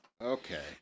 Okay